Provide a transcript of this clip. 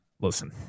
Listen